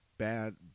Bad